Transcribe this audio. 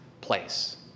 place